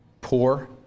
poor